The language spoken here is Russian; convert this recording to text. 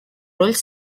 роль